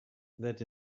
that